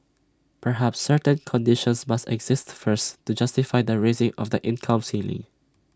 perhaps certain conditions must exist first to justify the raising of the income ceiling